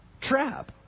trap